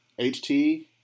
HT